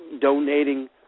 donating